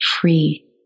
Free